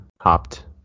hopped